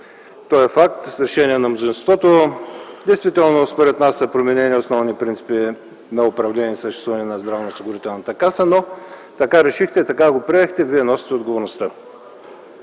той е факт с решение на мнозинството. Действително според нас са променени основни принципи на управление и съществуване на Здравноосигурителната каса, но така решихте, така го приехте, вие носите отговорността.